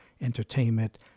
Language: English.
entertainment